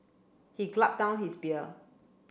he down his beer